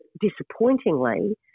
disappointingly